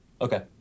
Okay